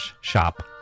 shop